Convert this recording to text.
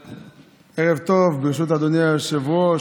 טוב, ברשות אדוני היושב-ראש,